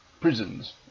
prisons